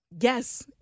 Yes